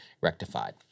rectified